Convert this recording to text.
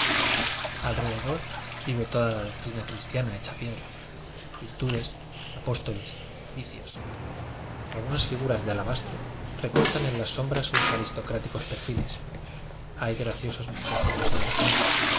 vive toda la doctrina cristiana hecha piedra virtudes apóstoles vicios algunas figuras de alabastro recortan en las sombras sus aristocráticos perfiles hay graciosos monjeciilos en oración